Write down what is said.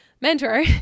mentor